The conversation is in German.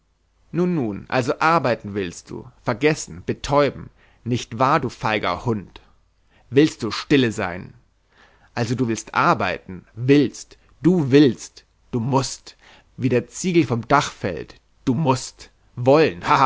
nun nun also arbeiten willst du vergessen betäuben nicht wahr du feiger hund willst du stille sein also du willst arbeiten willst du willst du mußt wie der ziegel vom dach fällt du mußt wollen